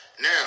now